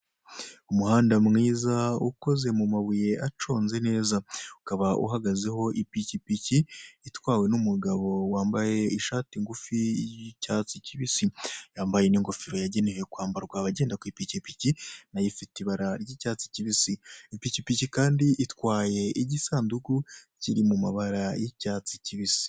Umuhanda mwiza, ukoze mu mabuye aconze neza. Ukaba uhagazeho ipikipiki itwawe n'umugabo wambaye ishati ngufi, y'icyatsi kibisi. Yambaye n'ingofero yagenewe kwambarwa abagenda ku ipikipiki, na yo ifite ibara ry'icyatsi kibisi. Ipikipiki kandi itwaye igisandugu kiri mu mabara y'icyatsi kibisi.